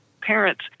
Parents